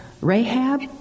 Rahab